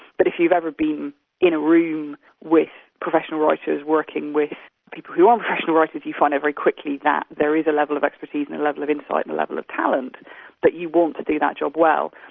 but if you've ever been in a room with professional writers working with people who aren't professional writers you find out very quickly that there is a level of expertise and a level of insight and a level of talent that you want to do that job well.